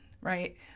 right